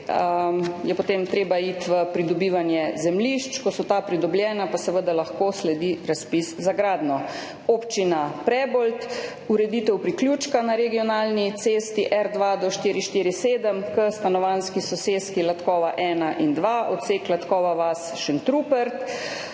je potem treba iti v pridobivanje zemljišč, ko bodo ta pridobljena, pa seveda lahko sledi razpis za gradnjo. Občina Prebold, ureditev priključka na regionalni cesti R2-447 k stanovanjski soseski Latkova vas 1 in 2, odsek Latkova vas–Šentrupert.